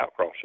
outcrosses